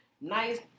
Nice